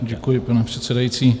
Děkuji, pane předsedající.